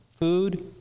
food